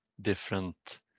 different